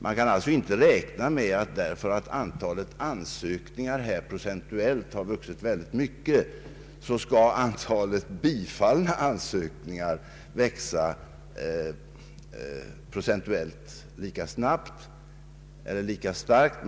Man kan alltså inte räkna med att därför att antalet ansökningar har vuxit så mycket skall antalet bifallna ansökningar växa procentuellt lika starkt.